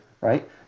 right